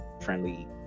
friendly